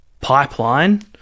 pipeline